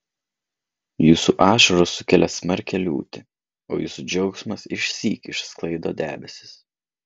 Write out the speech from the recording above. jūsų ašaros sukelia smarkią liūtį o jūsų džiaugsmas išsyk išsklaido debesis